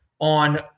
on